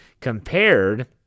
compared